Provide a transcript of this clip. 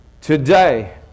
Today